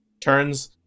turns